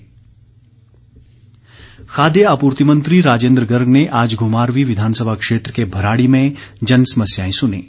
राजेन्द्र गर्ग खाद्य आपूर्ति मंत्री राजेन्द्र गर्ग ने आज घुमारवी विधानसभा क्षेत्र के भराड़ी में जनसमस्याएं सुनीं